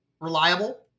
reliable